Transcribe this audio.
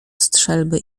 strzelby